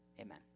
Amen